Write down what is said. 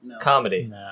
Comedy